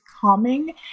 calming